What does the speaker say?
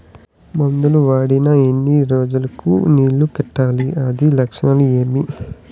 మందులు వాడిన ఎన్ని రోజులు కు నీళ్ళు కట్టాలి, వ్యాధి లక్షణాలు ఏమి?